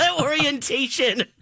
orientation